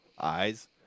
Eyes